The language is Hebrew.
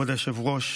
כבוד היושב-ראש,